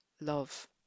love